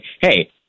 hey